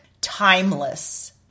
timeless